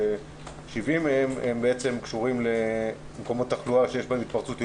כ-70 מהם בעצם קשורים למקומות תחלואה שיש בהם התפרצות ידועה.